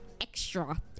extra